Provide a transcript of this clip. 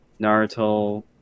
Naruto